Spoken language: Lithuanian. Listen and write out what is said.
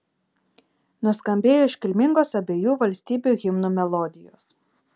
nuskambėjo iškilmingos abiejų valstybių himnų melodijos